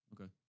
Okay